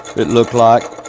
it looked like,